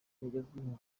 bugezweho